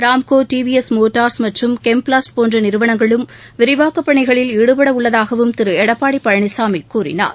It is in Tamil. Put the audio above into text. Ramco T V S Motors மற்றும் கெம்பிளாஸ்ட் போன்ற நிறுவனங்களும் விரிவாக்கப் பணிகளில் ஈடுபட உள்ளதாகவும் திரு எடப்பாடி பழனிசாமி கூறினார்